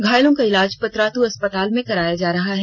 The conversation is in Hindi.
घायलों का इलाज पतरातू अस्पताल में कराया जा रहा है